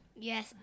yes